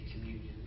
communion